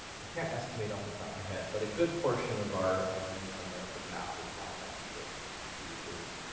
i can't estimate off the top my head, but a good portion of our our use on myopenmath is now high school users.